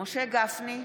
משה גפני,